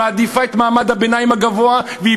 היא מעדיפה את מעמד הביניים הגבוה והיא